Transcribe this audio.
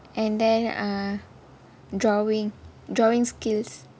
and then uh drawing drawing skills